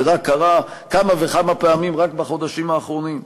זה קרה כמה וכמה פעמים רק בחודשים האחרונים.